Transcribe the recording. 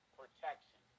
protection